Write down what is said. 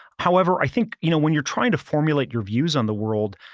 however, i think you know when you're trying to formulate your views on the world,